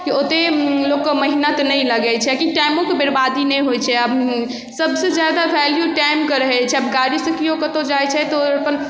ओतेक लोकके मेहनति नहि लगै छै कियाकि टाइमोके बरबादी नहि होइ छै आब सबसँ ज्यादा वैल्यू टाइमके रहै छै आब गाड़ीसँ केओ कतहु जाइ छै तऽ ओ अपन